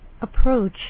approach